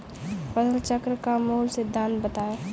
फसल चक्र का मूल सिद्धांत बताएँ?